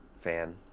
fan